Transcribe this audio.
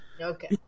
Okay